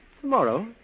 Tomorrow